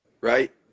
right